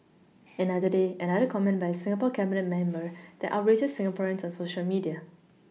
another day another comment by a Singapore Cabinet member that outrages Singaporeans on Social media